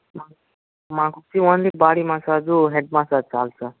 మాకు ఉట్టి only body massage head massage చాలు సార్